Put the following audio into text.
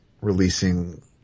releasing